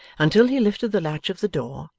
until he lifted the latch of the door,